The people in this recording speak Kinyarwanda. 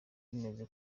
bimeze